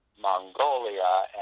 Mongolia